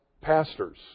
pastors